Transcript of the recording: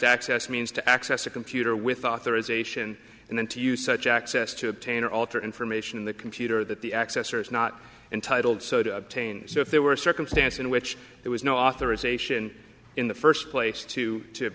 authorized access means to access a computer with authorisation and then to use such access to obtain or alter information in the computer that the accessor is not entitled so to obtain so if there were a circumstance in which there was no authorization in the first place to